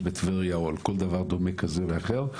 בטבריה או על כל דבר דומה כזה או אחר,